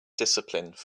discipline